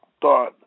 thought